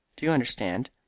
do you understand?